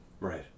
Right